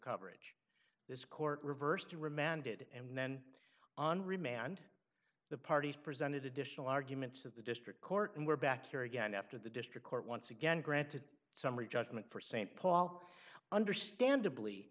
coverage this court reversed and remanded and then on remand the parties presented additional arguments of the district court and we're back here again after the district court once again granted summary judgment for st paul understandably